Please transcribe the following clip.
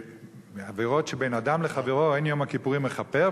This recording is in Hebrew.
שעבירות שבין אדם לחברו אין יום הכיפורים מכפר,